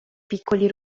piccoli